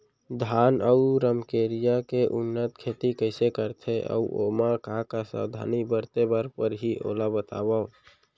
धान अऊ रमकेरिया के उन्नत खेती कइसे करथे अऊ ओमा का का सावधानी बरते बर परहि ओला बतावव?